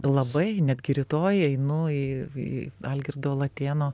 labai netgi rytoj einu į į algirdo latėno